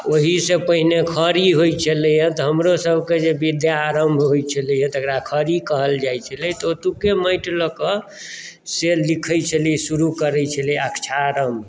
आ ओहिसॅं पहिने खरी होइ छलैया तऽ हमरो सभकेँ जे विद्या आरम्भ होइत छला तकरा खरी कहल जाइत छलै तऽ ओतुके माटि लऽ कऽ से लिखै छलियै शुरू करै छलियै अक्षरारम्भ